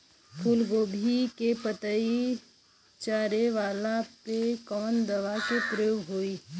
फूलगोभी के पतई चारे वाला पे कवन दवा के प्रयोग होई?